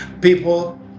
People